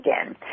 again